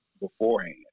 beforehand